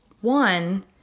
One